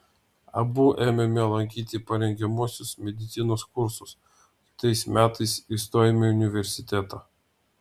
abu ėmėme lankyti parengiamuosius medicinos kursus o kitais metais įstojome į universitetą